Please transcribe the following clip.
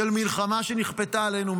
של מלחמה שנכפתה עלינו,